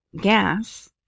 gas